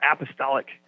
apostolic